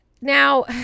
Now